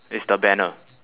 is the banner